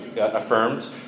affirmed